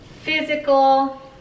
physical